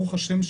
ברוך השם,